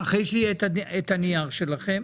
אחרי שיהיה את הנייר שלכם.